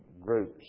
groups